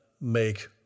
make